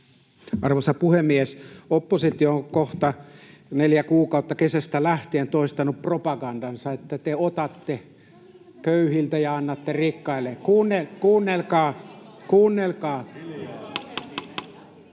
Arvoisa puhemies! Oppositio on kohta neljä kuukautta, kesästä lähtien toistanut propagandaansa, että te otatte köyhiltä ja annatte rikkaille. [Välihuutoja